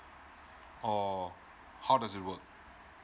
oh how does it work